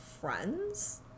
friends